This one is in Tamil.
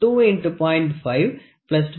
01 1